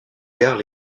gares